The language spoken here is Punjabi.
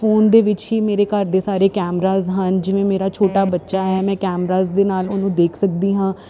ਫੋਨ ਦੇ ਵਿੱਚ ਹੀ ਮੇਰੇ ਘਰ ਦੇ ਸਾਰੇ ਕੈਮਰਾਜ ਹਨ ਜਿਵੇਂ ਮੇਰਾ ਛੋਟਾ ਬੱਚਾ ਹੈ ਮੈਂ ਕੈਮਰਾਜ ਦੇ ਨਾਲ ਉਹਨੂੰ ਦੇਖ ਸਕਦੀ ਹਾਂ